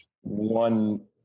one